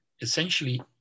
essentially